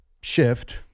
shift